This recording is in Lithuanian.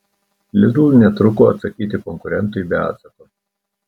lidl netruko atsakyti konkurentui be atsako